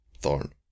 thorn